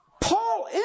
Paul